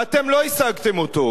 ואתם לא השגתם אותו,